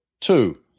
Two